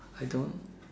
I don't